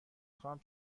خواهم